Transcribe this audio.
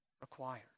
required